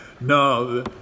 No